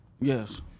Yes